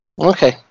Okay